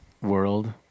world